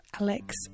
Alex